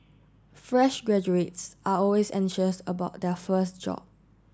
fresh graduates are always anxious about their first job